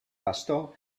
bastó